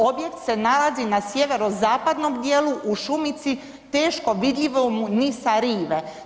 Objekt se nalazi na sjeverozapadnom dijelu u šumici, teško vidljivomu ni sa rive.